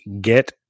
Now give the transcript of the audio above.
get